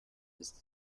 ist